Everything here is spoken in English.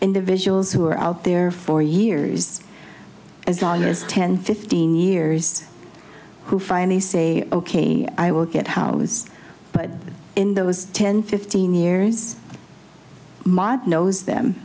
individuals who are out there for years as long as ten fifteen years who finally say ok i will get housed but in those ten fifteen years maad knows them